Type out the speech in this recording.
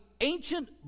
Ancient